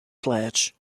pledge